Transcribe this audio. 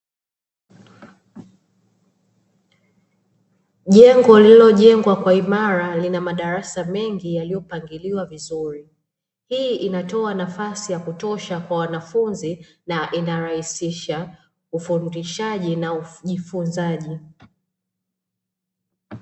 Jengo lililojengwa kwa uimara, lina madarasa mengi yaliyopangiliwa vizuri. Hii inatoa nafasi ya kutosha kwa wanafunzi na inarahisisha ufundishaji na ujifunzaji.